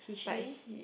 but he